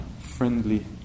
friendly